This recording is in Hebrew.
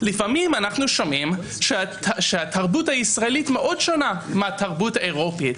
לפעמים אנחנו שומעים שהתרבות הישראלית מאוד שונה מהתרבות האירופאית,